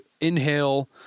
inhale